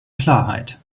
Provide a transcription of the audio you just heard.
klarheit